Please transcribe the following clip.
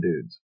dudes